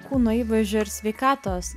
kūno įvaizdžio ir sveikatos